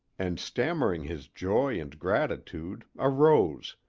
and stammering his joy and gratitude arose,